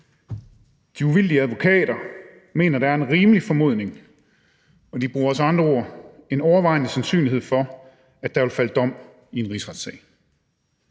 De uvildige advokater mener, at der er en rimelig formodning og – de bruger også andre ord – en overvejende sandsynlighed for, at der vil falde dom i en rigsretssag.